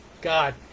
God